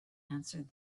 answered